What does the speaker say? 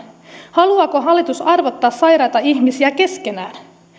haluaako hallitus arvottaa sairaita ihmisiä keskenään